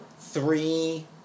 three